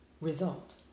result